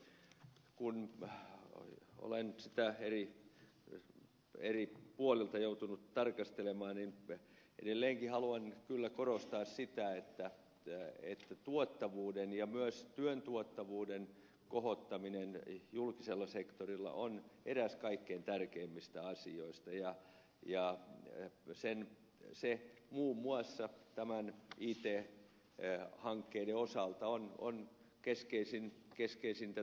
kun olen sitä eri puolilta joutunut tarkastelemaan niin edelleenkin haluan kyllä korostaa sitä että tuottavuuden ja myös työn tuottavuuden kohottaminen julkisella sektorilla on eräs kaikkein tärkeimmistä asioista ja se muun muassa näiden it hankkeiden osalta on keskeisin tavoite